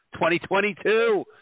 2022